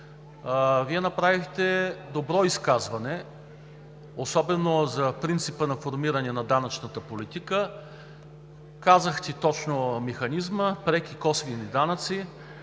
Вие направихте добро изказване, особено за принципа на формиране на данъчната политика, казахте точно механизма – преки, косвени данъци,